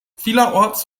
vielerorts